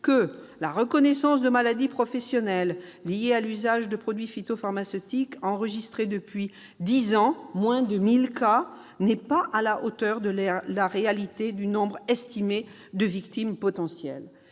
que la reconnaissance des maladies professionnelles liées à l'usage de produits phytopharmaceutiques enregistrées depuis dix ans- moins de 1 000 cas -n'est pas à la hauteur de la réalité du nombre estimé de victimes potentielles.